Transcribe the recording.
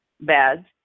beds